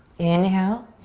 inhale.